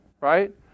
Right